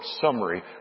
summary